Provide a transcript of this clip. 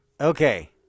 Okay